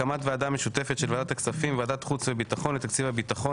הקמת ועדה משותפת של ועדת הכספים וועדת חוץ וביטחון לתקציב הביטחון,